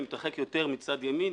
אני מתרחק יותר מצד ימין,